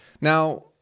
Now